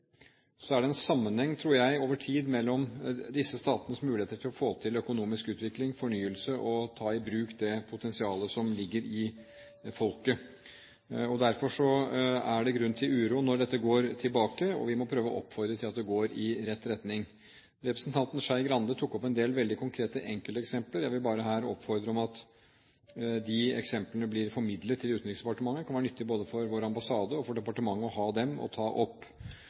så tror jeg det er en sammenheng over tid mellom disse statenes muligheter til å få til økonomisk utvikling, fornyelse og å ta i bruk det potensialet som ligger i folket. Derfor er det grunn til uro når dette går tilbake, og vi må prøve å oppfordre til at det går i rett retning. Representanten Skei Grande tok opp en del veldig konkrete enkelteksempler. Jeg vil oppfordre til at de eksemplene blir formidlet til Utenriksdepartementet. Det kan være nyttig både for vår ambassade og for departementet å ha dem å ta opp.